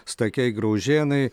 stakiai graužėnai